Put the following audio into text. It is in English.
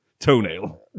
Toenail